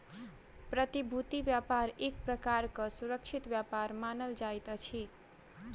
प्रतिभूति व्यापार एक प्रकारक सुरक्षित व्यापार मानल जाइत अछि